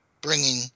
bringing